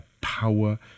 power